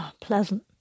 Pleasant